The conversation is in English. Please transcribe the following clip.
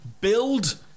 Build